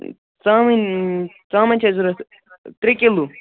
ژامَنۍ ژامَنۍ چھِ اَسہِ ضوٚرَتھ ترٛےٚ کِلوٗ